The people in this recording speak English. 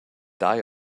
die